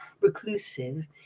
reclusive